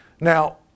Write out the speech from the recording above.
Now